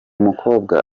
mukobwa